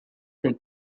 the